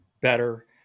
better